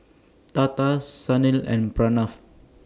Tata Sunil and Pranav